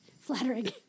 flattering